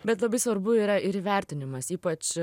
bet labai svarbu yra ir įvertinimas ypač